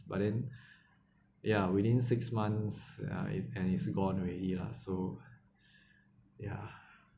but then ya within six months I and it's gone already lah so ya